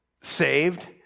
saved